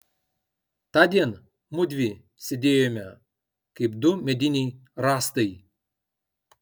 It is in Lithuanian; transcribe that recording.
tądien mudvi sėdėjome kaip du mediniai rąstai